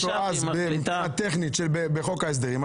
אותו אז בצורה טכנית בחוק ההסדרים,